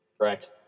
Correct